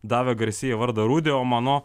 davė garcia vardą rudi o mano